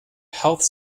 health